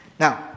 Now